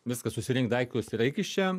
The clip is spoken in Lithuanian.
viskas susirink daiktus ir eik iš čia